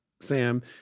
Sam